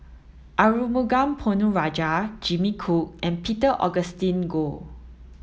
Arumugam Ponnu Rajah Jimmy Chok and Peter Augustine Goh